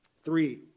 Three